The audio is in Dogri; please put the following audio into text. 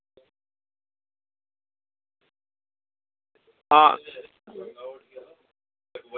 आं